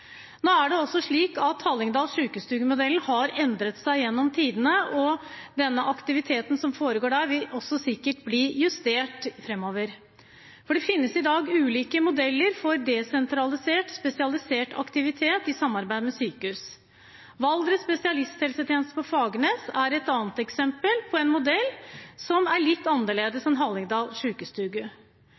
Nå er det også slik at Hallingdal Sjukestugu-modellen har endret seg gjennom tidene, og den aktiviteten som foregår der, vil sikkert bli justert framover. For det finnes i dag ulike modeller for desentralisert spesialisert aktivitet i samarbeid med sykehus. Valdres spesialisthelsetjeneste på Fagernes er et eksempel på en modell som er litt annerledes enn Hallingdal Sjukestugu.